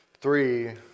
Three